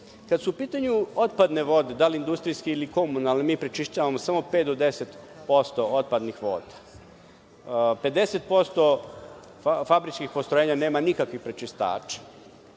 su u pitanju otpadne vode, da li industrijske ili komunalne, mi prečišćavamo samo 5 do 10% otpadnih voda, 50% fabričkih postrojenja nema nikakvih prečistača,